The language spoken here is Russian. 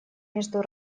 между